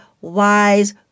wise